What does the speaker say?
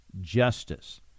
justice